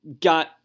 got